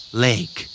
Lake